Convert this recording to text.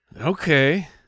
Okay